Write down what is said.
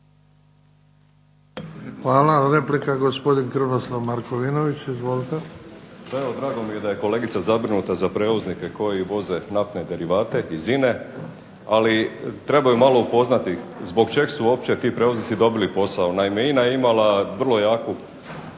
Hvala. Replika gospodin Krunoslav Markovinović.